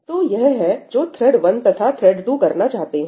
तो यह है जो थ्रेड 1 तथा थ्रेड 2 करना चाहते हैं